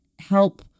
help